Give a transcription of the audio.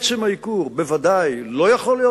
עצם הייקור בוודאי לא יכול להיות